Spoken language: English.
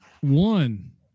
one